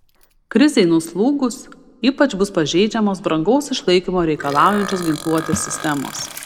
krizei nuslūgus ypač bus pažeidžiamos brangaus išlaikymo reikalaujančios ginkluotės sistemos